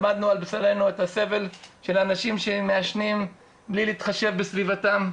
למדנו על בשרנו את הסבל של האנשים שמעשנים בלי להתחשב בסביבתם,